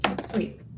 Sweet